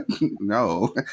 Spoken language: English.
No